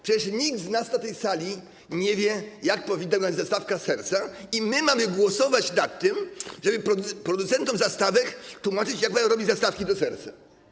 Przecież nikt z nas na tej sali nie wie, jak powinna wyglądać zastawka serca, a mamy głosować nad tym, żeby producentom zastawek tłumaczyć, jak mają robić zastawki serca.